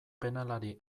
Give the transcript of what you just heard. penalari